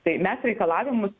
tai mes reikalavimus